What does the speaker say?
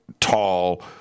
tall